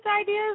ideas